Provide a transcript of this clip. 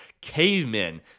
cavemen